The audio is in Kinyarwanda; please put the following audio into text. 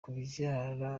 kubyara